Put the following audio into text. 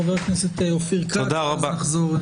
חבר הכנסת אופיר כץ, ואחר נחזור לאורחים.